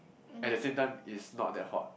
at the same time is not that hot